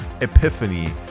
epiphany